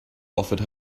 offered